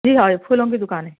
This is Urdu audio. جی ہاں یہ پھولوں کی دوکان ہے